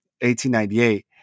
1898